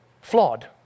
flawed